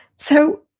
so,